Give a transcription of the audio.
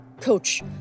Coach